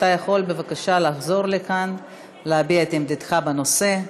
אתה יכול לחזור לכאן ולהביע את עמדתך בנושא.